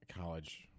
college